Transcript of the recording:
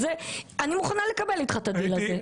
אני מוכנה לעשות איתך את הדיל הזה.